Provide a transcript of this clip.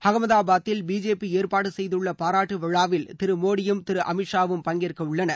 அகமதாபாதில் பிஜேபி ஏற்பாடு செய்துள்ள பாராட்டு விழாவில் திரு மோடியும் திரு அமித் ஷாவும் பங்கேற்கவுள்ளனர்